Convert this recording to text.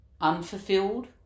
unfulfilled